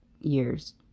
years